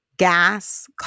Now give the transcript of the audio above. Gas